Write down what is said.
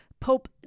Pope